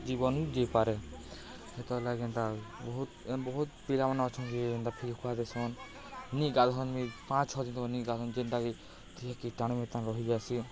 ଜୀବନ ଯାଇପାରେ ସେତଲା କେନ୍ତା ବହୁତ୍ ବହୁତ୍ ପିଲାମାନେ ଅଛନ୍ ଯେ ଯେନ୍ତା ଖାଇ ଖୁଆ ଦେସନ୍ ନି ଗାଧନ୍ ପାଞ୍ଚ୍ ଛଅ ଦିନ୍ ନି ଗାଧନ୍ ଯେନ୍ତାକି ଦିହେ କୀଟାଣୁ ଫିଟାଣୁ ରହିଯାଏସି